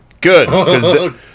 Good